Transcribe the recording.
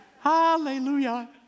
Hallelujah